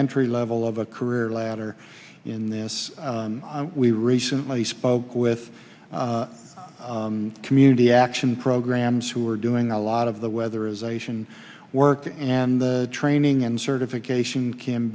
very level of a career ladder in this we recently spoke with community action programs who are doing a lot of the weather is a sion work and the training and certification can